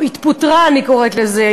התפוטרה אני קוראת לזה,